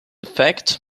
effect